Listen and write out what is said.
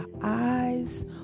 eyes